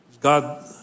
God